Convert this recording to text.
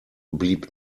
blieb